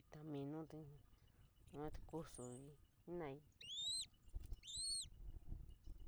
itaninu, yua te kusoii jenora ii.